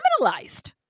criminalized